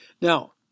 Now